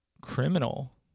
criminal